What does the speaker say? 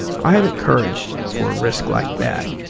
i haven't courage for a risk like that.